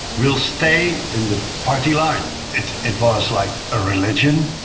we'll stay in the party line. it it was like a religion,